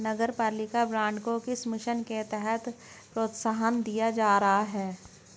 नगरपालिका बॉन्ड को किस मिशन के तहत प्रोत्साहन दिया जा रहा है?